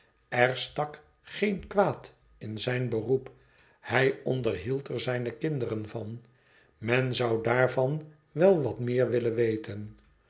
er stak geen kwaad in zijn beroep hij onderhield er zijne kinderen van men zou daarvan wel wat meer willen weten